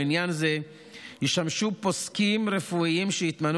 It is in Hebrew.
ולעניין זה ישמשו פוסקים רפואיים שהתמנו